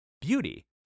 beauty